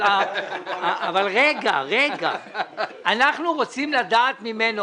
אבל אנחנו רוצים לדעת ממנו,